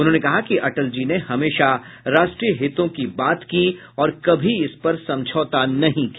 उन्होंने कहा कि अटल जी ने हमेशा राष्ट्रीय हितों की बात की और कभी इस पर समझौता नहीं किया